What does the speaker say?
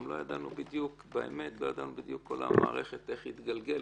לא ידענו בדיוק איך המערכת תתגלגל,